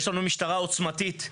יש לנו משטרה עוצמתית,